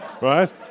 right